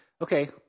Okay